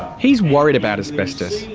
he's worried about asbestos,